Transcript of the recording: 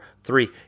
three